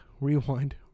rewind